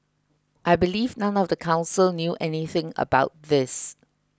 I believe none of the council knew anything about this